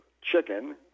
chicken